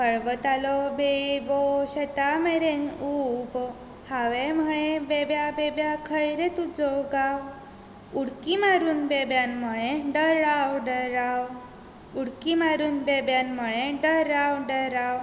हरवतालो बेबो शेता मेरेन उबो हांवें म्हळें बेब्या बेब्या खंय रे तुजो गांव उडकी मारून बेब्यान म्हळें डरांव डरांव उडकीं मारून बेब्यान म्हळें डरांव डरांव